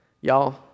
Y'all